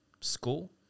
school